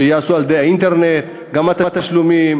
ושייעשו על-ידי האינטרנט גם התשלומים,